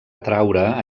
atreure